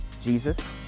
Jesus